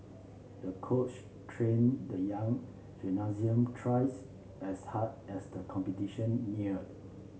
the coach trained the young gymnast twice as hard as the competition neared